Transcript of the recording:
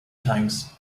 times